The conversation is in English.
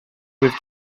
with